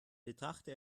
betrachte